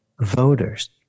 voters